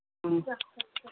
ꯎꯝ